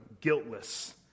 guiltless